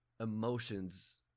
emotions